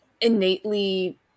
innately